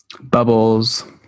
Bubbles